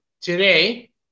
today